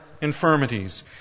infirmities